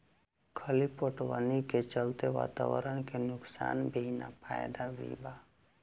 खली पटवनी के चलते वातावरण के नुकसान ही ना फायदा भी बा